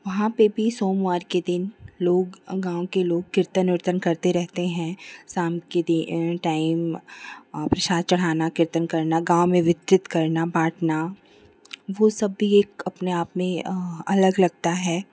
वहाँ पर भी सोमवार के दिन लोग गाँव के लोग कीर्तन उर्तन करते रहते हैं शाम के दे टाइम प्रसाद चढ़ाना कीर्तन करना गाँव में वितरित करना बाँटना वह सब भी एक अपने आप में अलग लगता है